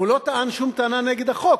אבל הוא לא טען שום טענה נגד החוק,